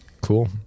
cool